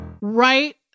Right